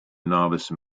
novice